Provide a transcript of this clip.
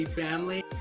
family